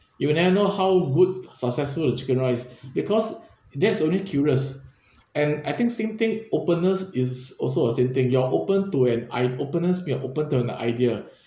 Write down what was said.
you will never know how good the successful of the chicken rice because that's only curious and I think same thing openness is also a same thing you are open to an i~ openness mean you are open to an idea